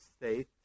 state